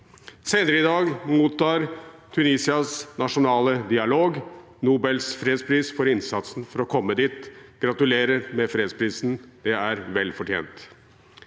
Senere i dag mottar Tunisias nasjonale dialog Nobels fredspris for innsatsen for å komme dit. – Gratulerer med fredsprisen, den er vel fortjent!